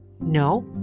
No